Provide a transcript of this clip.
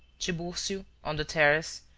triburcio, on the terrace,